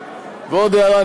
ועוד הערה,